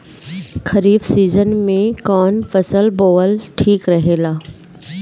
खरीफ़ season में कौन फसल बोअल ठिक रहेला ह?